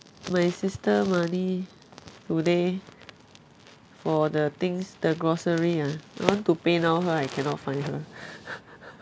my sister money today for the things the grocery ah I want to paynow her I cannot find her